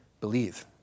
believe